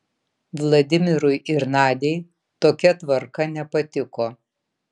vladimirui ir nadiai tokia tvarka nepatiko